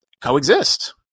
coexist